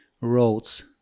roads